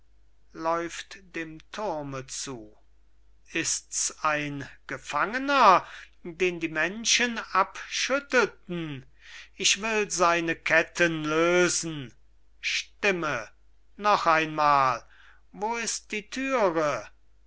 ist's ein gefangener den die menschen abschüttelten ich will seine ketten lösen stimme noch einmal wo ist die thüre